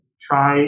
try